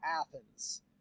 Athens